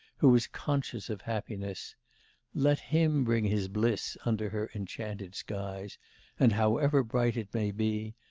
who is conscious of happiness let him bring his bliss under her enchanted skies and however bright it may be,